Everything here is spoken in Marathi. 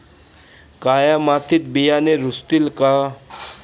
काळ्या मातीत बियाणे रुजतील का?